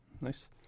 nice